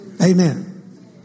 Amen